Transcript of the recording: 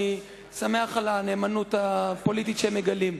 אני שמח על הנאמנות הפוליטית שהם מגלים.